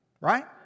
Right